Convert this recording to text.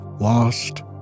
lost